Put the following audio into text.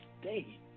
stay